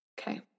Okay